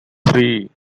three